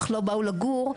אך לא באו לגור,